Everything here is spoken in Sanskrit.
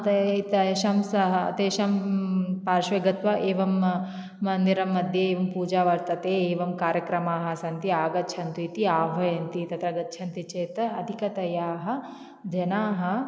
ते तेषां सह तेषां पार्श्वे गत्वा एवं मन्दिरमध्ये एवं पूजा वर्तते एवं कार्यक्रमाः सन्ति आगच्छन्तु इति आह्वयन्ति तत्र गच्छन्ति चेत् अधिकतयाः जनाः